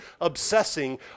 obsessing